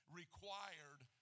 required